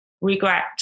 regret